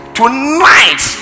tonight